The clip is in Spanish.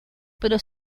pero